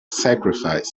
sacrifice